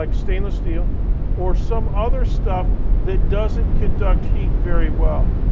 like stainless steel or some other stuff that doesn't conduct heat very well.